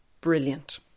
brilliant